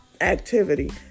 activity